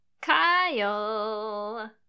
Kyle